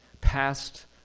past